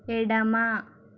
ఎడమ